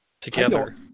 Together